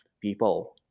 people